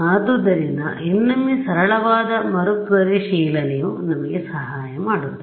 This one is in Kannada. ಆದ್ದರಿಂದ ಇನ್ನೊಮ್ಮೆ ಸರಳವಾದ ಮರುಪರಿಶೀಲನೆಯು ನಮಗೆ ಸಹಾಯ ಮಾಡುತ್ತದೆ